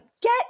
get